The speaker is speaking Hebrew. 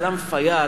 סלאם פיאד,